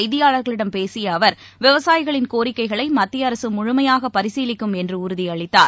செய்தியாளர்களிடம் பேசியஅவர் விவசாயிகளின் ஐதரபாத்தில் கோரிக்கைகளைமத்தியஅரசுமுழுமையாகபரிசீலிக்கும் என்றுஉறுதியளித்தார்